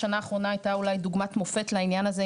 השנה האחרונה הייתה אולי דוגמת מופת לעניין הזה,